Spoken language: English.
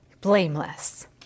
blameless